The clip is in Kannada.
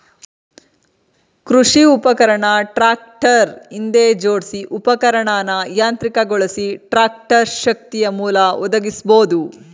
ಕೃಷಿ ಉಪಕರಣ ಟ್ರಾಕ್ಟರ್ ಹಿಂದೆ ಜೋಡ್ಸಿ ಉಪಕರಣನ ಯಾಂತ್ರಿಕಗೊಳಿಸಿ ಟ್ರಾಕ್ಟರ್ ಶಕ್ತಿಯಮೂಲ ಒದಗಿಸ್ಬೋದು